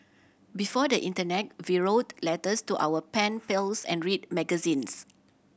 before the internet we wrote letters to our pen pals and read magazines